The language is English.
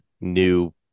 new